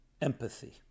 empathy